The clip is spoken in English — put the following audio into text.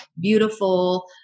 beautiful